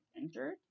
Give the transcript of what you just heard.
injured